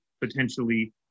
potentially